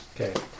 Okay